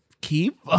keep